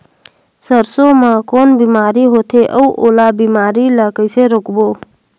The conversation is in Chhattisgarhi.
सरसो मा कौन बीमारी होथे अउ ओला बीमारी ला कइसे रोकबो?